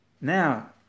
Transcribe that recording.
Now